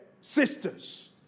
sisters